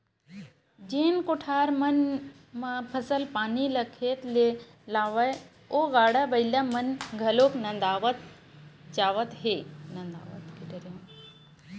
जेन कोठार मन म फसल पानी ल खेत ले लावय ओ गाड़ा बइला मन घलोक नंदात जावत हे